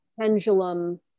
pendulum